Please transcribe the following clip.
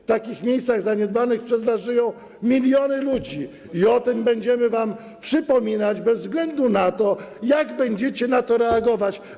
W takich zaniedbanych przez was miejscach żyją miliony ludzi i o tym będziemy wam przypominać bez względu na to, jak będziecie na to reagować.